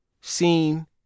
seen